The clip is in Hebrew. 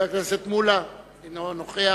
חבר הכנסת מולה, אינו נוכח.